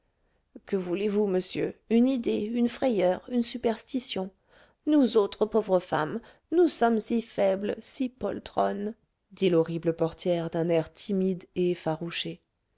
que voulez-vous monsieur une idée une frayeur une superstition nous autres pauvres femmes nous sommes si faibles si poltronnes dit l'horrible portière d'un air timide et effarouché